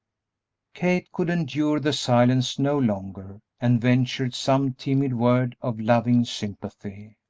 kate could endure the silence no longer, and ventured some timid word of loving sympathy.